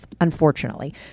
unfortunately